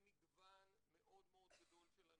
למגוון מאוד מאוד גדול של אנשים,